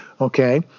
okay